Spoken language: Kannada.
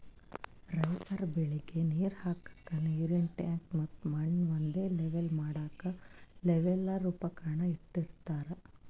ರೈತರ್ ಬೆಳಿಗ್ ನೀರ್ ಹಾಕ್ಕಕ್ಕ್ ನೀರಿನ್ ಟ್ಯಾಂಕ್ ಮತ್ತ್ ಮಣ್ಣ್ ಒಂದೇ ಲೆವೆಲ್ ಮಾಡಕ್ಕ್ ಲೆವೆಲ್ಲರ್ ಉಪಕರಣ ಇಟ್ಟಿರತಾರ್